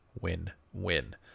Win-win